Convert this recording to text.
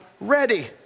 ready